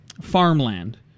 farmland